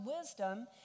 wisdom